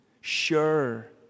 sure